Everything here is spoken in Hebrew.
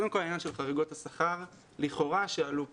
קודם כל, העניין של חריגות השכר לכאורה שעלו כאן.